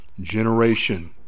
generation